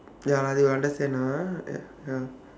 ya lah you understand lah ah ya